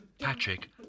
Patrick